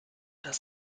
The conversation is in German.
das